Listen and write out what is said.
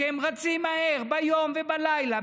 והם רצים מהר ביום ובלילה,